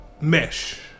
mesh